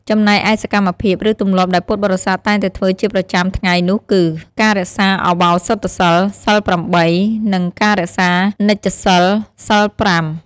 ចំណែកឯសកម្មភាព ឬទម្លាប់ដែលពុទ្ធបរស័ទតែងតែធ្វើជាប្រចាំថ្ងៃនោះគឺ ការរក្សាឧបោសថសីល សីល ៨ និង ការរក្សានិច្ចសីល សីល ៥។